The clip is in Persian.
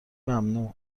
ممنوع